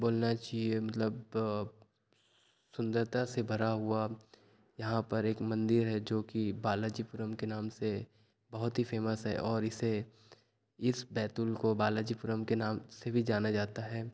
बोलना चाहिए मतलब सुंदरता से भरा हुआ यहाँ पर एक मंदिर है जो कि बालाजीपुरम के नाम से बहुत ही फेमस है और इसे इस बैतूल को बालाजीपुरम के नाम से भी जाना जाता है